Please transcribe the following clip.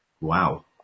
Wow